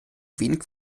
wenig